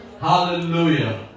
Hallelujah